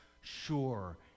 sure